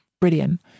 Brilliant